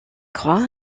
croix